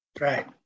right